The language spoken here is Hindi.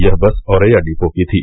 यह बस औरैया डिपो की थी